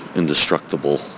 indestructible